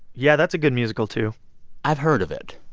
yeah, that's a good musical too i've heard of it